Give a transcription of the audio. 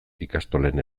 ikastolen